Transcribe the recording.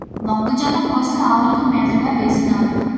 మొక్కజొన్న కోసి ఆవులకు మేతగా వేసినారు